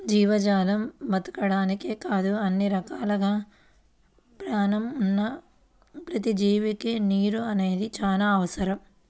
జీవజాలం బతకడానికే కాదు అన్ని రకాలుగా పేణం ఉన్న ప్రతి జీవికి నీరు అనేది చానా అవసరం